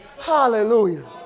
Hallelujah